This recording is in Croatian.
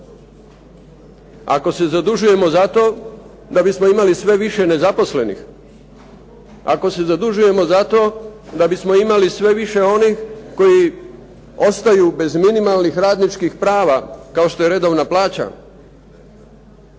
Ako se zadužujemo zato da bismo imali sve više nezaposlenih, ako se zadužujemo zato da bismo imali sve više onih koji ostaju bez minimalnih radničkih prava kao što je redovna plaća,